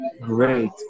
great